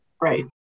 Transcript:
right